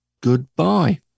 Goodbye